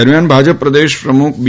દરમિયાન ભાજ પ્રદેશ પ્રમુખ બી